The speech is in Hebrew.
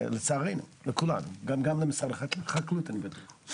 לצערי, לכולנו, גם למשרד החקלאות אני בטוח.